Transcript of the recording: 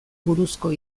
buruzko